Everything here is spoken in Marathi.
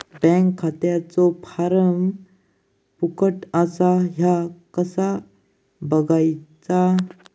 बँक खात्याचो फार्म फुकट असा ह्या कसा बगायचा?